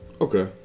Okay